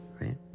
right